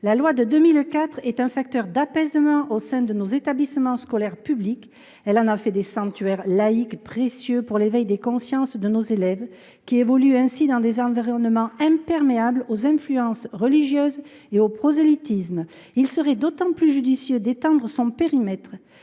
La loi de 2004 est un facteur d’apaisement au sein de nos établissements scolaires publics. Elle en a fait des sanctuaires laïques précieux pour l’éveil des consciences de nos élèves, qui évoluent ainsi dans un environnement imperméable aux influences religieuses et au prosélytisme. Il serait d’autant plus judicieux d’étendre son périmètre